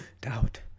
doubt